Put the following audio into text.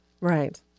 Right